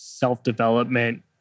self-development